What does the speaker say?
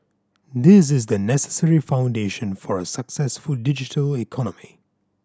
this is the necessary foundation for a successful digital economy